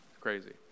Crazy